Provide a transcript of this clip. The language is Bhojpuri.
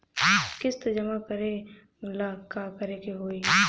किस्त जमा करे ला का करे के होई?